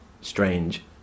strange